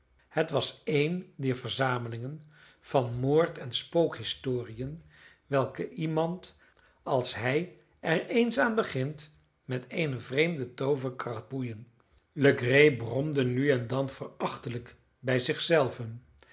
het was een dier verzamelingen van moord en spookhistoriën welke iemand als hij er eens aan begint met eene vreemde tooverkracht boeien legree bromde nu en dan verachtelijk bij